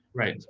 right.